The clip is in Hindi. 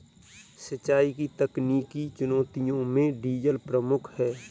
सिंचाई की तकनीकी चुनौतियों में डीजल प्रमुख है